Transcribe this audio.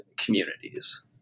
communities